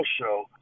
show